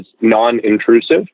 non-intrusive